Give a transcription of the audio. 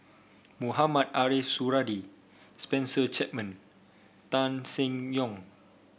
Mohamed Ariff Suradi Spencer Chapman Tan Seng Yong